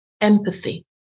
empathy